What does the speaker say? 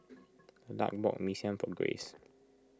Lark bought Mee Siam for Grace